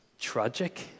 tragic